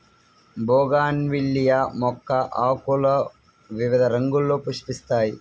bougainvillea మొక్క ఆకులు వివిధ రంగుల్లో పుష్పిస్తాయి